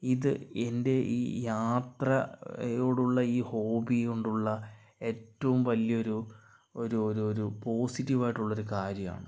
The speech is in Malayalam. ഇത് എൻ്റെ ഈ യാത്രയോടുള്ള ഈ ഹോബിക്കൊണ്ടുള്ള ഏറ്റവും വല്യ ഒരു ഒരു ഒരു ഒരു പോസിറ്റീവായിട്ടുള്ളൊരു കാര്യമാണ്